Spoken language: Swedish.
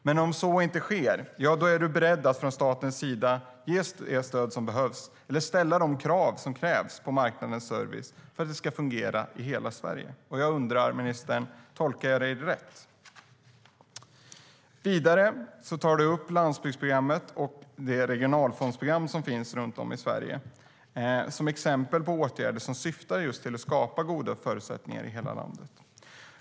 Men om så inte sker är du beredd att från statens sida ge det stöd som behövs eller ställa de krav som krävs på marknadens service för att det ska fungera i hela Sverige. Jag undrar, ministern: Tolkar jag dig rätt? Vidare tar du upp landsbygdsprogrammet och det regionalfondsprogram som finns runt om i Sverige som exempel på åtgärder som syftar just till att skapa goda förutsättningar i hela landet.